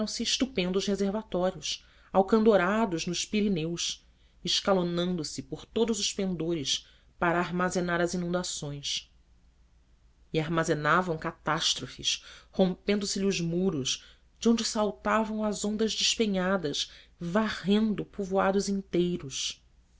engenharam se estupendos reservatórios alcandorados nos pireneus escalonando se por todos os pendores para armazenar as inundações e armazenavam catástrofes rompendo selhes os muros de onde saltavam as ondas despenhadas varrendo povoados inteiros